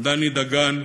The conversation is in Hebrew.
דני דגן,